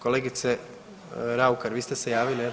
Kolegice Raukar vi ste se javili?